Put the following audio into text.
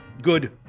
good